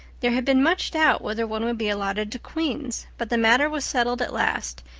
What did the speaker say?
there had been much doubt whether one would be allotted to queen's, but the matter was settled at last,